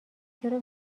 چرا